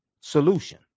solution